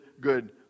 good